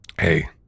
hey